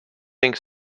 think